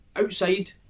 outside